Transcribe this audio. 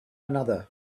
another